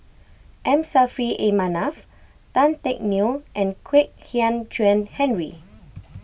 M Saffri A Manaf Tan Teck Neo and Kwek Hian Chuan Henry